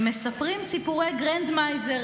הם מספרים סיפורי גרנדמייזר,